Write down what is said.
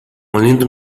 lindo